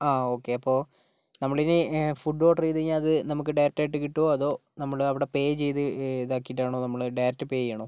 ആ ഓക്കേ അപ്പോൾ നമ്മളിനി ഫുഡ് ഓർഡർ ചെയ്താൽ അത് നമുക്ക് ഡയറക്ട് ആയിട്ട് കിട്ടുവോ അതോ നമ്മള് അവിടെ പേ ചെയ്ത് ഇതാക്കിയിട്ടാണോ അതോ നമ്മള് ഡയറക്റ്റ് പേ ചെയ്യണോ